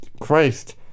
Christ